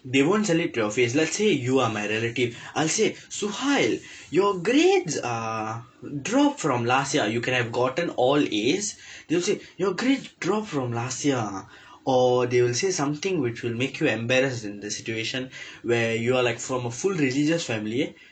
they won't tell it to your face ah let's say you are my relative I'll say suhail your grades ah dropped from last year you could have gotten all As they will say your grade drop from last year ah or they will say something which will make you embarrassed in the situation where you are like from a full religious family